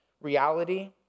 reality